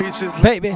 Baby